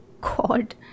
God